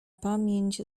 pamięć